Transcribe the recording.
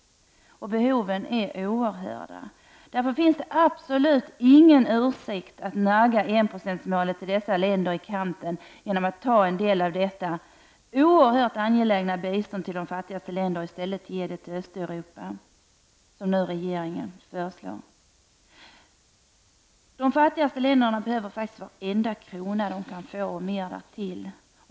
Behoven är oerhörda. Därför finns det absolut ingen ursäkt för att nagga enprocentsmålet i kanten genom att ta en del av det oerhört angelägna biståndet till de fattigaste länderna och i stället ge det till Östeuropa, som nu regeringen föreslår. De fattigaste länderna behöver faktiskt varenda krona de kan få, och mer därtill.